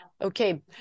okay